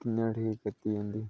कियां ठीक कीती